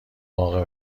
واقع